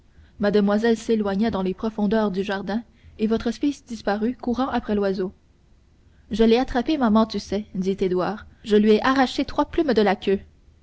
mademoiselle s'éloigna dans les profondeurs du jardin et votre fils disparut courant après l'oiseau je l'ai attrapé maman tu sais dit édouard je lui ai arraché trois plumes de la queue